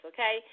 Okay